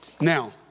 Now